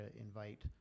invite